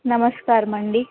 నమస్కారమండీ